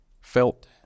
felt